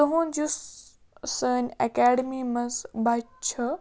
تُہُنٛد یُس سٲنۍ اٮ۪کیڈمی منٛز بَچہِ چھُ